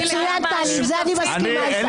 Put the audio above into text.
מצוין, טלי, עם זה אני מסכימה איתך.